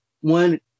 one